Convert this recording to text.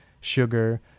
sugar